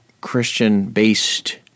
Christian-based